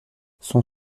son